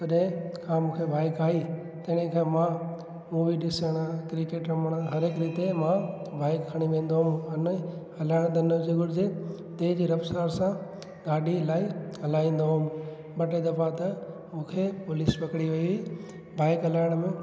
तॾहिं खां मूंखे बाइक आई त तॾहिं खां मां मूवी ॾिसण क्रिकेट रमण हर हिकु रीते मां बाइक खणी वेंदो हुउमि अने हलण त न घुरिजे तेज़ रफ़्तार सां गाॾी हलाई हलाईंदो हुउमि ॿ टे दफ़ा त मूंखे पुलिस पकड़ी वई बाइक हलाइण में